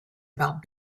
about